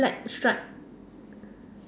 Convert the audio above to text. black stripe